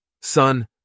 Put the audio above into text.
Son